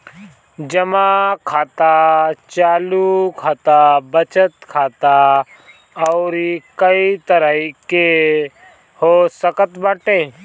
जमा खाता चालू खाता, बचत खाता अउरी कई तरही के हो सकत बाटे